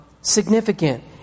significant